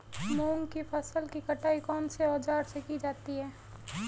मूंग की फसल की कटाई कौनसे औज़ार से की जाती है?